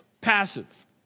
passive